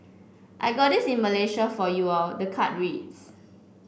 I got this in Malaysia for you all the card reads